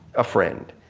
a friend.